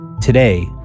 Today